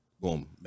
Boom